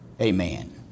Amen